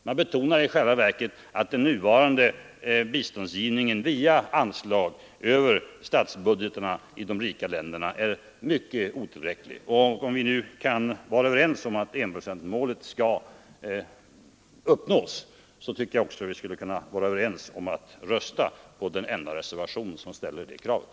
Man betonar i själva verket att den nuvarande biståndsgivningen via anslag över statsbudgetarna i de rika länderna är mycket otillräcklig. Om vpk nu är överens med oss om att enprocentsmålet skall uppnås, så tycker jag också att man borde rösta på den enda reservation som ställer det kravet.